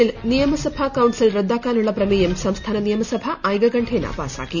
ആന്ധ്രാപ്രദേശിൽ നിയമസഭാ കൌൺസിൽ റദ്ദാക്കാനുള്ള പ്രമേയം സംസ്ഥാന നിയമസഭ ഐകകണ്ഠേന പാസ്സാക്കി